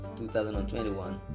2021